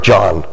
John